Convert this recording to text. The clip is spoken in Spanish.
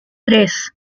tres